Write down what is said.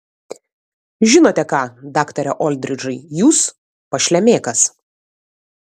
žinote ką daktare oldridžai jūs pašlemėkas